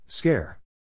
Scare